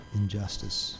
injustice